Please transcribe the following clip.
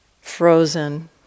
frozen